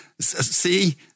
See